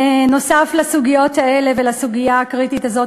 בנוסף לסוגיות האלה ולסוגיה הקריטית הזאת